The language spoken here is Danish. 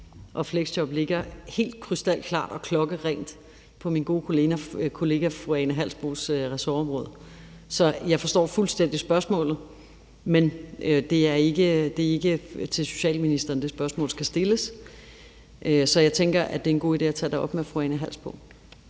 og fleksjob ligger helt krystalklart og klokkerent på min gode kollega fru Ane Halsboe-Jørgensens ressortområde. Så jeg forstår fuldstændig spørgsmålet, men det er ikke til socialministeren, det spørgsmål skal stilles. Så jeg tænker, at det er en god idé at tage det op med fru Ane